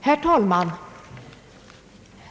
Herr talman!